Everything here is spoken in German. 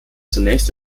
zunächst